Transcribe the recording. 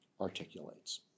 articulates